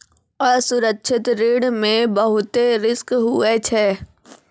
असुरक्षित ऋण मे बहुते रिस्क हुवै छै